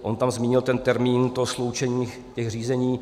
On tam zmínil termín sloučení těch řízení.